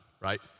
right